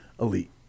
elite